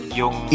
yung